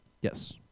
yes